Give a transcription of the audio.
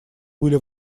были